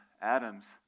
Adam's